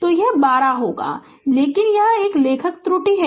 तो यह 12 होगा यह एक लेखन त्रुटि है